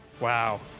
Wow